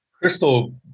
crystal